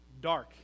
dark